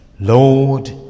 lord